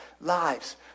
lives